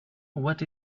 what